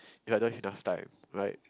if I don't have enough time right